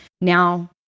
Now